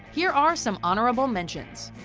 here are some honorable mentions.